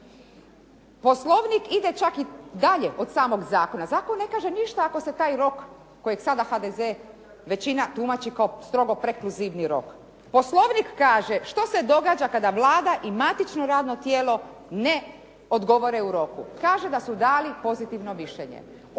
Poslovnik ide čak i dalje od samog zakona, zakon ne kaže ništa ako se taj rok kojeg sada HDZ većina tumači kao strogo prekulzivni rok. Poslovnik kaže što se događa kada Vlada i matično radno tijelo ne odgovore u roku. Kaže da su dali pozitivno mišljenje.